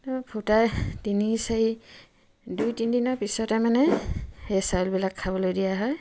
তো ফুটা তিনি চাৰি দুই তিনদিনৰ পিছতে মানে সেই চাউলবিলাক খাবলৈ দিয়া হয়